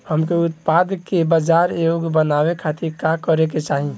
हमके उत्पाद के बाजार योग्य बनावे खातिर का करे के चाहीं?